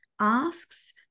asks